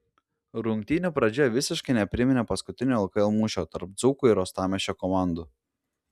rungtynių pradžia visiškai nepriminė paskutinio lkl mūšio tarp dzūkų ir uostamiesčio komandų